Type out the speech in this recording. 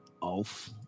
Off